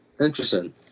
Interesting